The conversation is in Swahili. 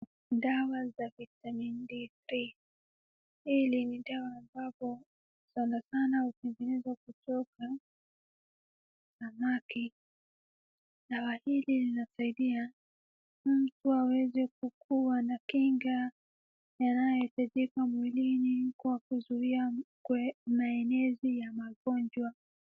Dawa za vitamin D three . Hili ni dawa ambapo, sanasana hutengenezwa kutoka namaki. Dawa hizi zinasaidia mtu aweze kukuwa na kinga inayohitajika mwilini kwa kuzuia maenezi ya magonjwa.